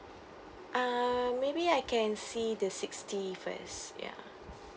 ah maybe I can see the sixty first ya